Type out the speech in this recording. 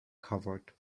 covered